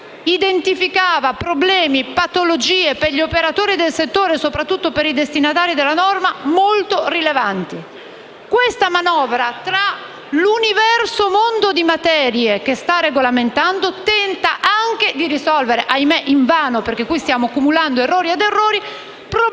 anno identificava problemi e patologie per gli operatori del settore e, soprattutto, per i destinatari della norma molto rilevanti. Questa manovra, tra l'universo mondo di materie che sta regolamentando, tenta di risolvere - ahimè invano, perché stiamo accumulando errori su errori - problemi